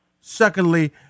Secondly